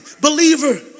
believer